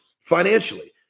financially